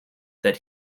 that